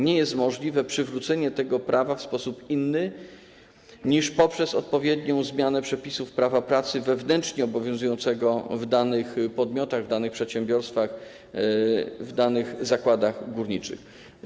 Nie jest możliwe przywrócenie tego prawa w sposób inny niż poprzez odpowiednią zmianę przepisów prawa pracy wewnętrznie obowiązującego w danych podmiotach, w danych przedsiębiorstwach, w danych zakładach górniczych.